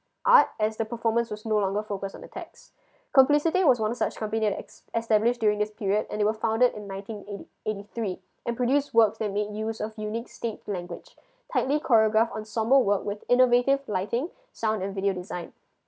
art as the performance was no longer focus on the text complicity was one of such company es~ establish during this period and they were founded in nineteen eighty eighty three and produce work that make use of unique state language tightly chronograph on somber work with innovative lighting sound and video design